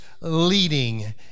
leading